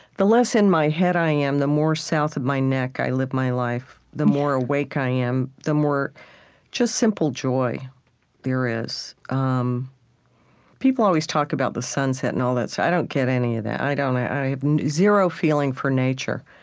the less in my head i am, the more south of my neck i live my life. the more awake i am, the more just simple joy there is. um people always talk about the sunset and all that. so i don't get any of that i have zero feeling for nature.